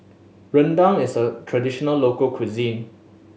rendang is a traditional local cuisine